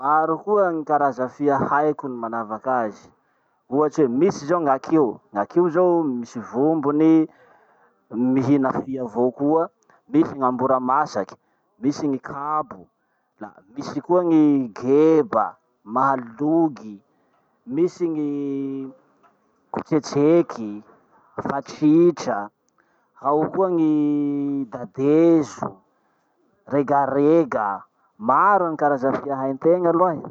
Maro koa gny karaza fia haiko ny manavak'azy. Ohatry hoe misy zao gn'akio. Gn'akio zao misy vombony, mihina fia avao koa, misy gn'amboramasaky, misy gny kabo, la misy koa gny geba, mahalogy, misy gny kotsetseky, vatritra, ao koa gny dadezo, regarega. Maro gny karaza fia haintena roahy.